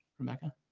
rebecca.